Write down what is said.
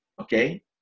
Okay